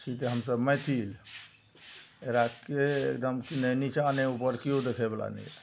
छी तऽ हमसभ मैथिल एकरा से एगदम नहि निचाँ नहि उपर केओ देखैवला नहि